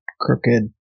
crooked